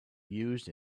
used